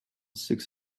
six